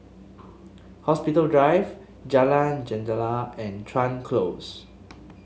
Hospital Drive Jalan Jendela and Chuan Close